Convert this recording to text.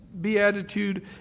Beatitude